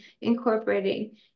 incorporating